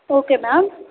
okay ma'am